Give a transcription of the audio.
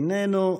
איננו.